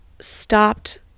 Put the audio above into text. stopped